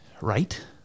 right